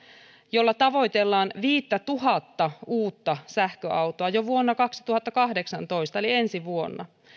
jolla tavoitellaan viittätuhatta uutta sähköautoa jo vuonna kaksituhattakahdeksantoista eli ensi vuonna